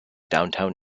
downtown